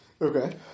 Okay